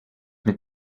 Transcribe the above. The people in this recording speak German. mit